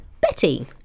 Betty